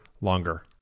longer